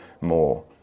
more